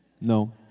No